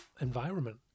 environment